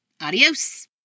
Adios